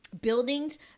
buildings